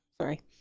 Sorry